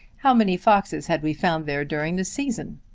how many foxes had we found there during the season?